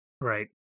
Right